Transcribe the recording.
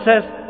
says